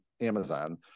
Amazon